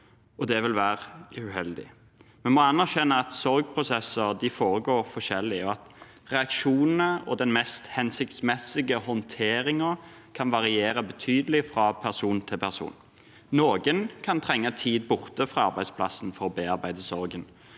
det vil være uheldig. Vi må anerkjenne at sorgprosesser foregår forskjellig, og at reaksjonene og den mest hensiktsmessige håndteringen kan variere betydelig fra person til person. Noen kan trenge tid borte fra arbeidsplassen for å bearbeide sorgen,